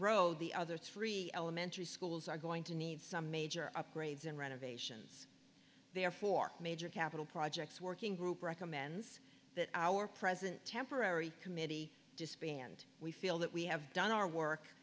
road the other three elementary schools are going to need some major upgrades and renovations there are four major capital projects working group recommends that our present temporary committee disband we feel that we have done our work